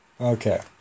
Okay